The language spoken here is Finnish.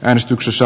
äänestyksessä